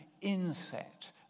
inset